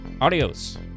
adios